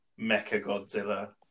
Mechagodzilla